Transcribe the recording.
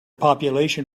population